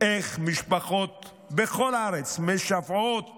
איך משפחות בכל הארץ משוועות